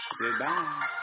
goodbye